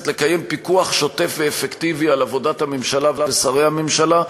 לקיים פיקוח שוטף ואפקטיבי על עבודת הממשלה ושרי הממשלה.